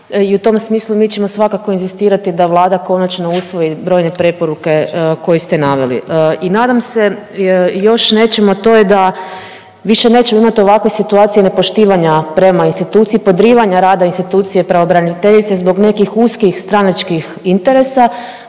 I u tom smislu mi ćemo svakako inzistirati da Vlada konačno usvoji brojne preporuke koje ste naveli. I nadam se još nečem, a to je da više nećemo imati ovakve situacije nepoštivanja prema instituciji, podrivanja rada institucije pravobraniteljice zbog nekih uskih stranačkih interesa.